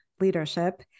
leadership